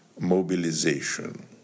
mobilization